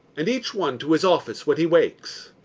and each one to his office when he wakes.